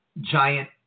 giant